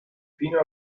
fino